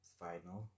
final